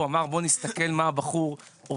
הוא אמר בואו נסתכל מה הבחור עובד,